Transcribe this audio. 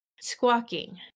squawking